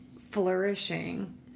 flourishing